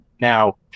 now